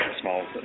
small